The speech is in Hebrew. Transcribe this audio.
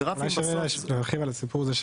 הגרפים בסוף --- להרחיב על הסיפור הזה,